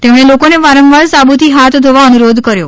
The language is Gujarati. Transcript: તેમણે લોકોને વારંવાર સાબુથી હાથ ધોવા અનુરોધ કર્યો